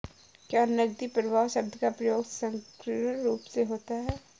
क्या नकदी प्रवाह शब्द का प्रयोग संकीर्ण रूप से होता है?